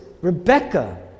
Rebecca